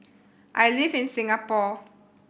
I live in Singapore